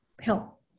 help